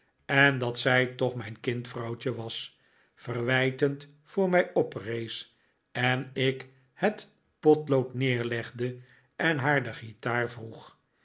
en dat zij toch mijn kind vrouwtje was verwijtend voor mij oprees en ik het potlood neerlegde en naar de guitaar vroeg